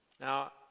Now